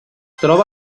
troba